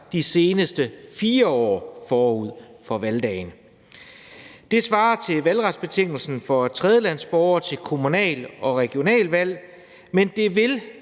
de seneste 4 år forud for valgdagen. Det svarer til valgretsbetingelsen for tredjelandsborgere til kommunal- og regionalvalg, men det vil